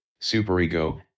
superego